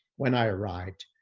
when i arrived,